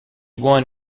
won